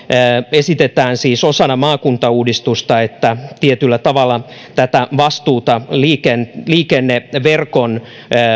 esitetään siis osana maakuntauudistusta että tietyllä tavalla tätä vastuuta liikenneverkon liikenneverkon